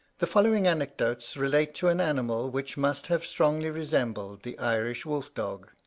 the following anecdotes relate to an animal which must have strongly resembled the irish wolf-dog